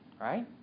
Right